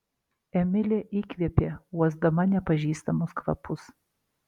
emilė įkvėpė uosdama nepažįstamus kvapus